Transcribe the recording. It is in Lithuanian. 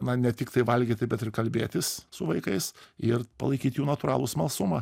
na ne tiktai valgyti bet ir kalbėtis su vaikais ir palaikyt jų natūralų smalsumą